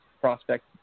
prospect